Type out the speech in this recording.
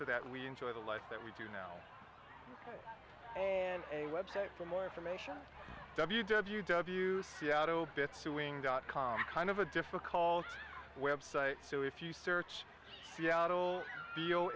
that we enjoy the life that we do now and a website for more information w w w yeah obits suing dot com kind of a difficult web site so if you search seattle deal